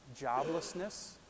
joblessness